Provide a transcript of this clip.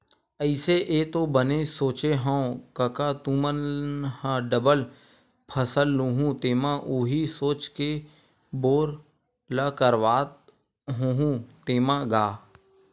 अइसे ऐ तो बने सोचे हँव कका तुमन ह डबल फसल लुहूँ तेमा उही सोच के बोर ल करवात होहू तेंमा गा?